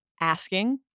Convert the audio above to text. asking